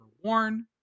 worn